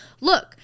look